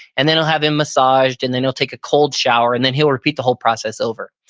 and then he'll have him massaged, and then he'll take a cold shower, and then he'll repeat the whole process over.